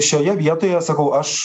šioje vietoje sakau aš